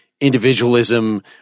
individualism